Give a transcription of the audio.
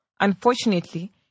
Unfortunately